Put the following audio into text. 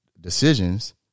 decisions